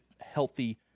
healthy